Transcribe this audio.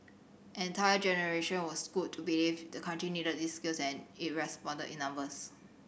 an entire generation was schooled to believe the country needed these skills and it responded in numbers